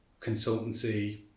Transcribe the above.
consultancy